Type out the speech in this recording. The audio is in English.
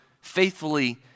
faithfully